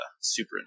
super